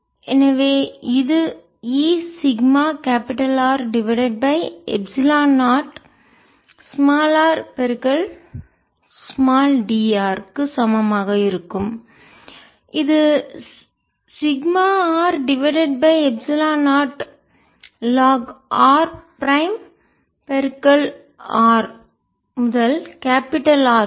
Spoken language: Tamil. எனவே இது E sigma capital R divided by epsilon நாட்rdr க்கு சமமாக இருக்கும் இது sigma R divided by epsilon naught log R prime R முதல் கேபிடல் ஆர் வரை